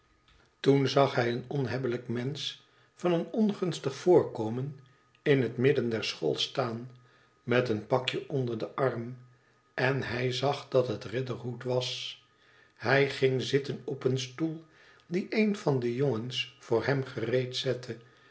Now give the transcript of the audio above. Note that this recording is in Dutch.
toen zag hij een onhebbelijk mensch van een ongunstig voorkomen in het midden der school staan met een pakje onder den arm en hij zag dat het riderhood was hij ging zitten op een stoel dien een van de jongens voor hem gereed